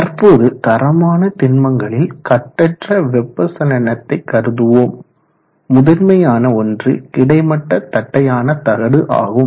தற்போது தரமான திண்மங்களில் கட்டற்ற வெப்ப சலனத்தை கருதுவோம் முதன்மையான ஒன்று கிடைமட்ட தட்டையான தகடு ஆகும்